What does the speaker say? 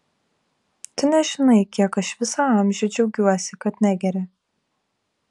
tu nežinai kiek aš visą amžių džiaugiausi kad negeri